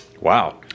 Wow